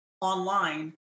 online